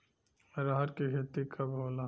अरहर के खेती कब होला?